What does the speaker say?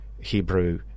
Hebrew